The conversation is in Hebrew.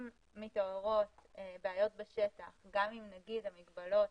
אם מתעוררות בעיות בשטח, גם אם נגיד המגבלות